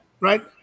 right